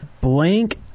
Blank